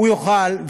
והוא יוכל,